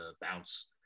bounce